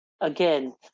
Again